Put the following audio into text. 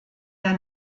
der